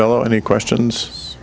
below any questions